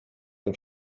tym